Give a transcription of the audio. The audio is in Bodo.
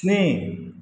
स्नि